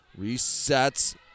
resets